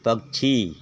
पक्षी